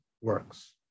works